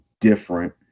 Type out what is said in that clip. different